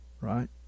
right